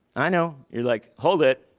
i know. you're like, hold it.